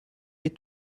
lès